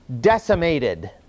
decimated